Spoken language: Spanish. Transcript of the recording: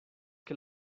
que